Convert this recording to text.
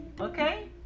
Okay